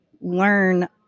learn